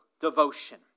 devotion